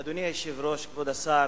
אדוני היושב-ראש, כבוד השר,